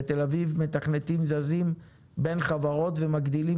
בתל אביב מתכנתים זזים בין חברות ומגדילים